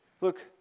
Look